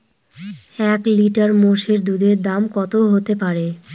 এক লিটার মোষের দুধের দাম কত হতেপারে?